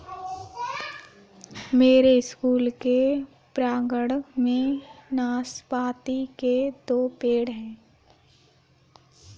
मेरे स्कूल के प्रांगण में नाशपाती के दो पेड़ हैं